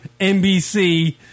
NBC